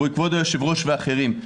כבוד היושב-ראש ואחרים.